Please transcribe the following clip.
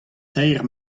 teir